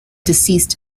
deceased